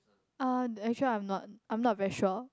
uh actually I'm not I'm not very sure